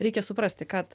reikia suprasti kad